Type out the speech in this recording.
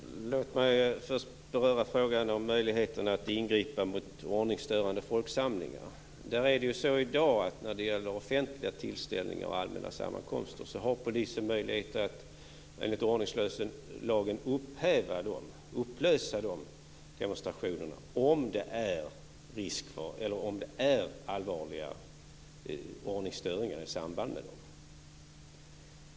Herr talman! Låt mig först beröra frågan om möjligheten att ingripa mot ordningsstörande folksamlingar. I dag har polisen vid offentliga tillställningar och allmänna sammankomster möjlighet att enligt ordningslagen upplösa de demonstrationerna om det är risk för eller är allvarliga ordningsstörningar i samband med dem.